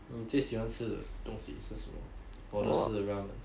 你最喜欢吃的东西是什么我的是 ramen